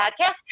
Podcast